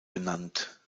benannt